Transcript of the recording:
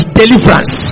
deliverance